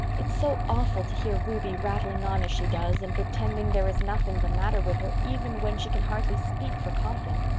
it's so awful to hear ruby rattling on as she does, and pretending there is nothing the matter with her, even when she can hardly speak for coughing.